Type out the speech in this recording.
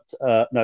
no